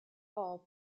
all